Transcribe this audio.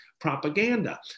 Propaganda